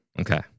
Okay